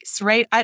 right